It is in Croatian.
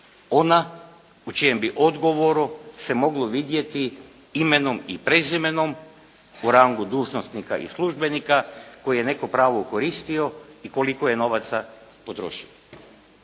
ona u čijem bi odgovoru se moglo vidjeti imenom i prezimenom u rangu dužnosnika i službenika koji je neko pravo koristio i koliko je novaca potrošio.